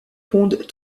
pondent